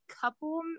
couple